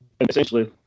essentially